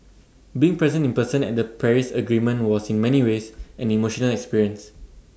being present in person at the Paris agreement was in many ways an emotional experience